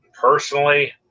personally